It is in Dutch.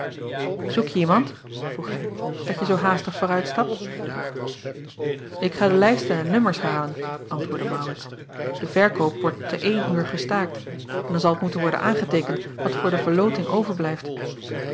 oekje iemand vroeg hij dat je zoo haastig vooruitstapt k ga de lijsten en nummers halen antwoordde aurits de verkoop wordt te een uur gestaakt en dan zal t moeten worden aangeteekend wat voor de verloting overblijft